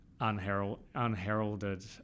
unheralded